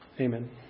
Amen